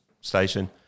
station